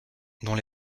dont